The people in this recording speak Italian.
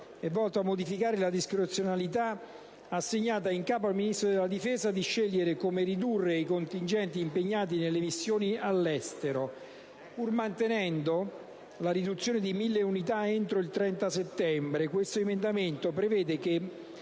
è volto a modificare la discrezionalità assegnata al Ministro della difesa nello scegliere come ridurre i contingenti impegnati nelle missioni all'estero. Pur mantenendo la riduzione di 1.000 unità entro il 30 settembre, questo emendamento prevede che